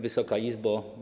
Wysoka Izbo!